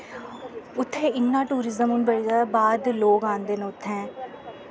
उत्थें इन्ना टूरिजम हून बड़े जैदा बाह्र दे लोक आंदे न उत्थैं